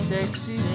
Sexy